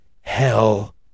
hell